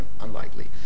unlikely